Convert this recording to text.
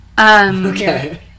Okay